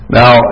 now